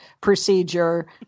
procedure